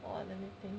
!wah! let me think